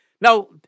Now